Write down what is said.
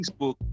Facebook